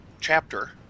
chapter